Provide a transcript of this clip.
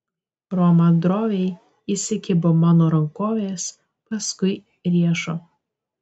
roma droviai įsikibo mano rankovės paskui riešo